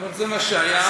אבל זה מה שהיה.